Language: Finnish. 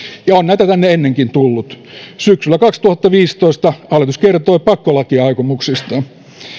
ja on näitä tänne ennenkin tullut syksyllä kaksituhattaviisitoista hallitus kertoi pakkolakiaikomuksistaan